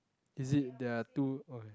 is it there are two okay